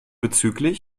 bzgl